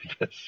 Yes